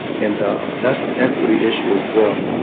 and that's an equity issue as well.